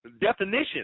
definition